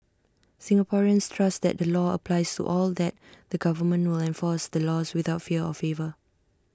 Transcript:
Singaporeans trust that the law applies to all that the government will enforce the laws without fear or favour